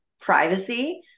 privacy